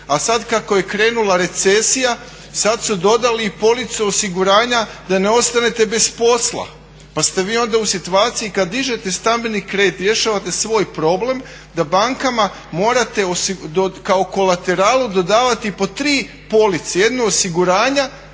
a sad kako je krenula recesija sad su dodali i police osiguranja da ne ostanete bez posla. Pa ste vi onda u situaciji kad dižete stambeni kredit, rješavate svoj problem da bankama morate kao kolateralu dodavati po tri police, jednu osiguranja